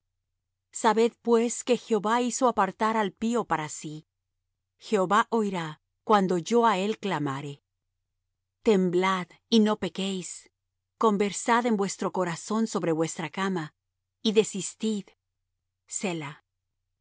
sabed pues que jehová hizo apartar al pío para sí jehová oirá cuando yo á él clamare temblad y no pequéis conversad en vuestro corazón sobre vuestra cama y desistid